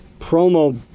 promo